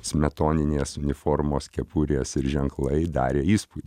smetoninės uniformos kepurės ir ženklai darė įspūdį